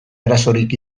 arazorik